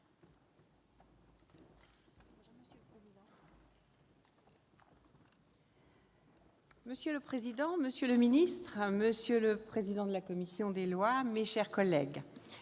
Monsieur le président, monsieur le secrétaire d'État, monsieur le président de la commission des lois, mes chers collègues,